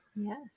Yes